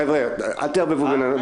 חבר'ה, אל תערבבו בין הדברים.